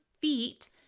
feet